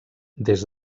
des